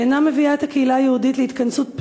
שאינה מביאה את הקהילה היהודית להתכנסות פנימה,